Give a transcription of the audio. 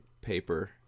paper